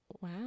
Wow